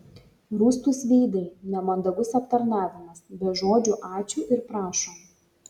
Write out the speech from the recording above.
rūstūs veidai nemandagus aptarnavimas be žodžių ačiū ir prašom